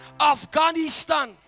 Afghanistan